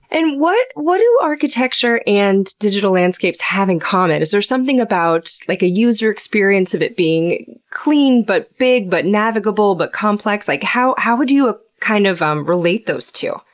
and what what do architecture and digital landscapes have in common? is there something about, like, a user experience of it being clean but big, but navigable, but complex? like how how would you ah kind of um relate those two?